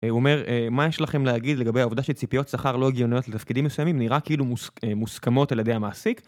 הוא אומר מה יש לכם להגיד, לגבי העובדה שציפיות שכר לא הגיוניות לתפקידים מסוימים, נראה כאילו מוסכמות על ידי המעסיק